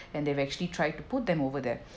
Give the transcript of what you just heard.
and they've actually tried to put them over there